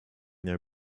their